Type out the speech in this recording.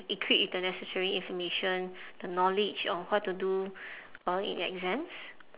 equipped with the necessary information the knowledge of what to do uh in exams